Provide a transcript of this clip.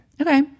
Okay